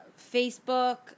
Facebook